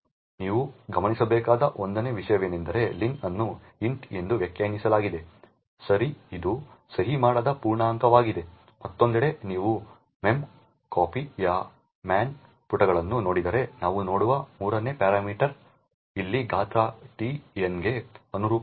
ನೀವು ಗಮನಿಸಬೇಕಾದ 1 ನೇ ವಿಷಯವೆಂದರೆ ಲೆನ್ ಅನ್ನು ಇಂಟ್ ಎಂದು ವ್ಯಾಖ್ಯಾನಿಸಲಾಗಿದೆ ಸರಿ ಇದು ಸಹಿ ಮಾಡಿದ ಪೂರ್ಣಾಂಕವಾಗಿದೆ ಮತ್ತೊಂದೆಡೆ ನೀವು memcpy ಯ ಮ್ಯಾನ್ ಪುಟಗಳನ್ನು ನೋಡಿದರೆ ನಾವು ನೋಡುವ 3 ನೇ ಪ್ಯಾರಾಮೀಟರ್ ಇಲ್ಲಿ ಗಾತ್ರ t n ಗೆ ಅನುರೂಪವಾಗಿದೆ